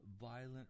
violent